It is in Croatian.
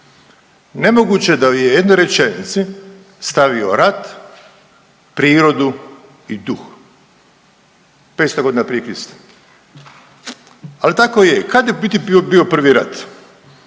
nemoguće je da je u jednoj rečenici stavio rat, prirodu i duh, 500.g. prije Krista, ali tako je. Kad je u biti bio prvi rat,